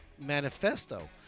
manifesto